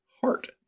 heart